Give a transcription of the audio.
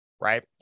right